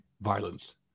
violence